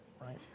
right